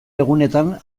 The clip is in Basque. egunetan